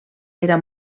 era